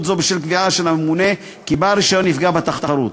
זו בשל קביעה של הממונה שבעל הרישיון "פגע בתחרות".